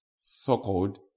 so-called